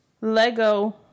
Lego